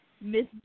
Miss